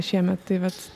šiemet tai vat